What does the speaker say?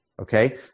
Okay